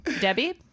Debbie